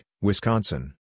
Wisconsin